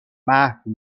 محو